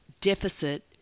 Deficit